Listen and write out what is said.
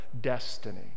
destiny